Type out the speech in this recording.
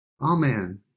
Amen